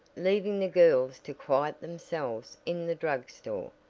leaving the girls to quiet themselves in the drug store,